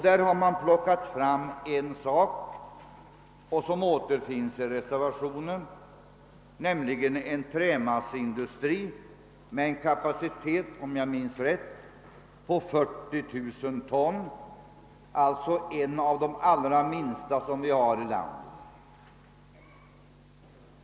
Där har man plockat fram en sak som återfinnes i reservationen 4, nämligen en trämasseindustri med en kapacitet, om jag minns rätt, på 40 000 ton, alltså en av de allra minsta vi har i landet.